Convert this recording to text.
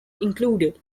included